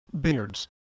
Beards